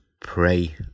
pray